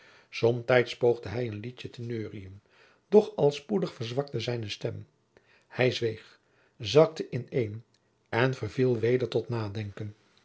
somtijds poogde hij een liedje te neuriën doch al spoedig verzwakte zijne stem hij zweeg zakte in een en verviel weder tot nadenken